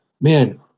man